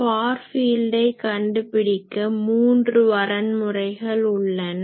for ஃபீல்டை கண்டு பிடிக்க மூன்று வரன்முறைகள் உள்ளன